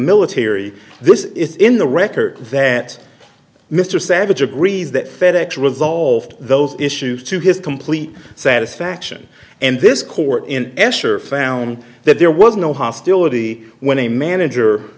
military this is in the record that mr savage agrees that fed ex resolved those issues to his complete satisfaction and this court in esher found that there was no hostility when a manager